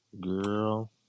girl